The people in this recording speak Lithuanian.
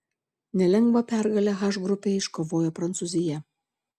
nelengvą pergalę h grupėje iškovojo prancūzija